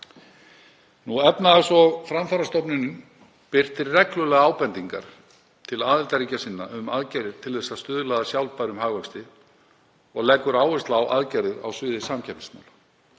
Efnahags- og framfarastofnunin birtir reglulega ábendingar til aðildarríkja sinna um aðgerðir til þess að stuðla að sjálfbærum hagvexti og leggur áherslu á aðgerðir á sviði samkeppnismála,